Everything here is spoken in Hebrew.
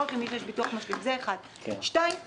זה ניתן לכולם --- התייעצות סיעתית.